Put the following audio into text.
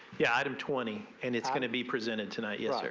yeah item twenty and it's going to be presented tonight yeah.